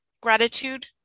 gratitude